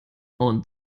und